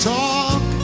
talk